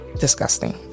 disgusting